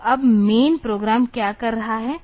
तो अब main program क्या कर रहा है